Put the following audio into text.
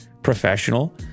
Professional